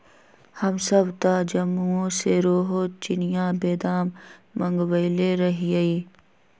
हमसभ तऽ जम्मूओ से सेहो चिनियाँ बेदाम मँगवएले रहीयइ